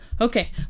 Okay